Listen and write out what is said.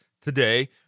today